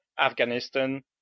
Afghanistan